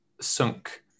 sunk